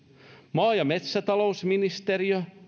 maa ja metsätalousministeriö